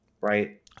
right